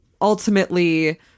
ultimately